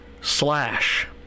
slash